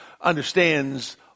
understands